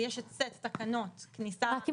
אז יש את סט תקנות כניסה --- רק אם